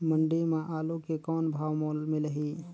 मंडी म आलू के कौन भाव मोल मिलही?